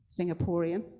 Singaporean